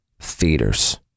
theaters